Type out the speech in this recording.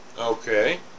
Okay